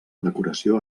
decoració